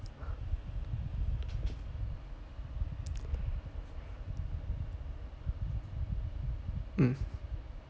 mm